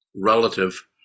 relative